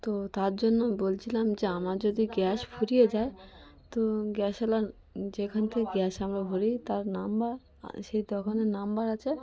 তো তার জন্য বলছিলাম যে আমার যদি গ্যাস ফুরিয়ে যায় তো গ্যাসওয়ালার যেখান থেকে গ্যাস আমরা ভরি তার নাম্বার সেই দোকানের নাম্বার আছে